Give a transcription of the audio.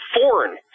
foreign